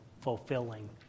fulfilling